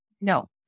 No